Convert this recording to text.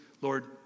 Lord